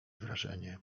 wrażenie